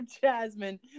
Jasmine